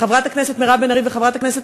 חברת הכנסת מירב בן ארי וחברת הכנסת